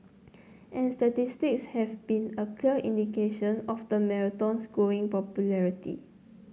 and statistics have been a clear indication of the marathon's growing popularity